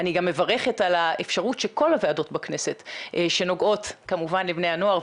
אני גם מברכת על האפשרות שכל הוועדות בכנסת שנוגעות כמובן לבני הנוער,